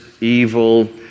evil